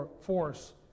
force